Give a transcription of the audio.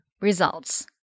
results